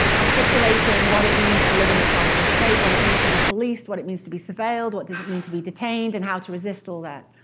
articulating what it means to live in castral state, what it means to be policed, what it means to be surveilled, what does it mean to be detained, and how to resist all that.